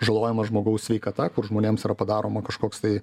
žalojama žmogaus sveikata kur žmonėms yra padaroma kažkoks tai